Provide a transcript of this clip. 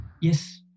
Yes